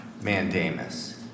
mandamus